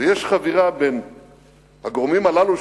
יש חבירה של הגורמים הללו,